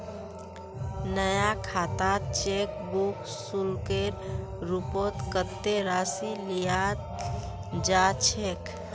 नया खातात cheque book शुल्केर रूपत कत्ते राशि लियाल जा छेक